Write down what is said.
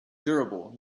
durable